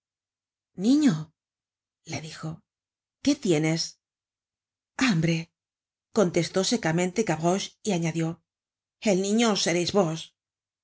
niño le dijo qué tienes hambre contestó secamente gavroche y añadió el niño sereis vos